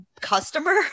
customer